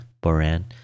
Boran